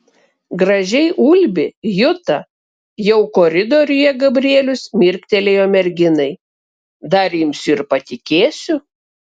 gražiai ulbi juta jau koridoriuje gabrielius mirktelėjo merginai dar imsiu ir patikėsiu